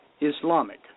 Islamic